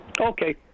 okay